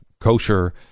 kosher